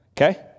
Okay